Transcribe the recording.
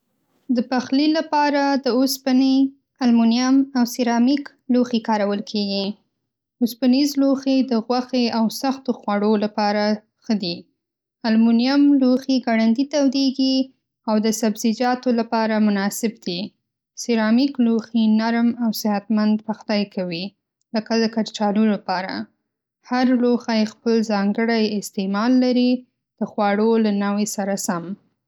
د پخلي لپاره د اوسپنې، المونیم، او سیرامیک لوښي کارول کېږي. اوسپنیز لوښي د غوښې او سختو خواړو لپاره ښه دي. المونیم لوښي ګړندي تودېږي او د سبزیجاتو لپاره مناسب دي. سیرامیک لوښي نرم او صحتمند پخلی کوي، لکه د کچالو لپاره. هر لوښی خپل ځانګړی استعمال لري، د خواړو له نوع سره سم.